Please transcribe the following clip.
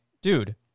Dude